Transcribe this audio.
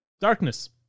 Darkness